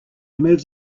moved